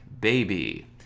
baby